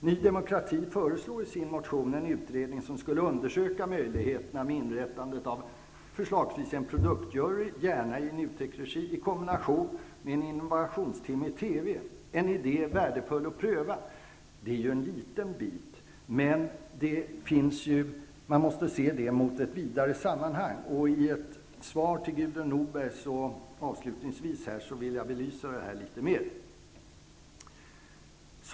Ny demokrati föreslår i sin motion en utredning som skulle undersöka möjligheterna till ett inrättande av en produktjury, gärna i NUTEK:s regi, i kombination med en innovationstimme i TV. Det är en idé som kan vara värdefull att pröva. Det är en liten del som det handlar om, men man måste se den i ett vidare sammanhang. Avslutningsvis vill jag senare, som svar till Gudrun Norberg, belysa det här litet mer.